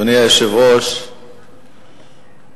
אדוני היושב-ראש,